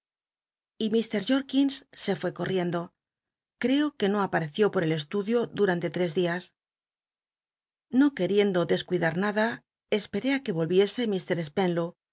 y t jorkins se fué corriendo creo que no apareció por el estudio durante tres dias o queriendo descuidar nada esperé á que vol